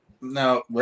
No